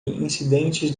incidentes